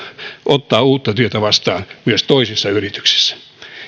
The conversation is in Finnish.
ottaa uutta työtä vastaan myös toisissa yrityksissä